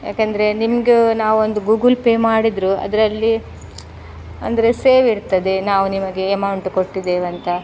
ಯಾಕೆಂದರೆ ನಿಮಗೂ ನಾವೊಂದು ಗೂಗುಲ್ ಪೇ ಮಾಡಿದರೂ ಅದರಲ್ಲಿ ಅಂದರೆ ಸೇವ್ ಇರ್ತದೆ ನಾವು ನಿಮಗೆ ಎಮೌಂಟ್ ಕೊಟ್ಟಿದ್ದೇವೆ ಅಂತ